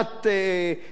או: הטיפול בו,